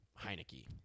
Heineke